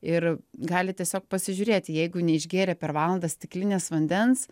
ir gali tiesiog pasižiūrėti jeigu neišgėrė per valandą stiklinės vandens